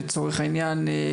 לצורך העניין,